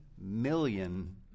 million